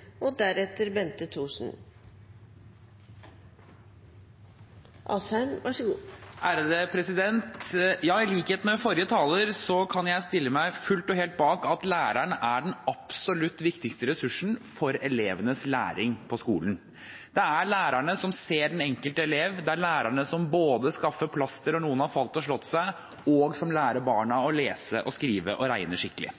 kan jeg stille meg fullt og helt bak at læreren er den absolutt viktigste ressursen for elevenes læring på skolen. Det er lærerne som ser den enkelte elev. Det er lærerne som både skaffer plaster når noen har falt og slått seg, og som lærer barna å lese, skrive og regne skikkelig.